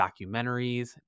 documentaries